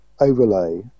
overlay